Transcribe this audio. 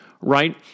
right